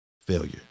failure